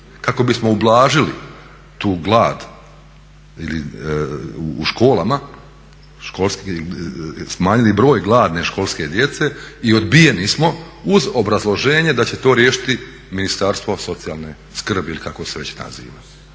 kako bismo ublažili tu glad u školama, smanjili broj gladne školske djece i odbijeni smo uz obrazloženje da će to riješiti Ministarstvo socijalne skrbi ili kako se već naziva.